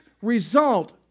result